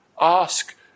Ask